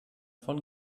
von